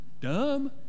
dumb